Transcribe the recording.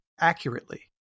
accurately